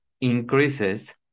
increases